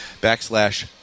backslash